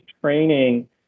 training